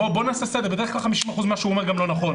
בואו נעשה סדר: בדרך כלל 50% ממה שהאיכון אומר אינו נכון,